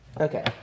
Okay